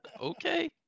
Okay